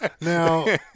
Now